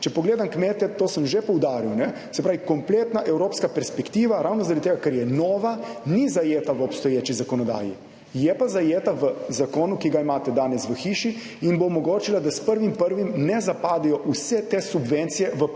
Če pogledam kmete, to sem že poudaril, ne, se pravi, kompletna evropska perspektiva ravno zaradi tega, ker je nova, ni zajeta v obstoječi zakonodaji, je pa zajeta v zakonu, ki ga imate danes v hiši, in bo omogočila, da s 1. 1. ne zapadejo vse te subvencije v polno